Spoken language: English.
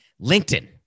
LinkedIn